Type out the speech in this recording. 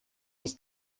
uns